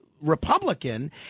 Republican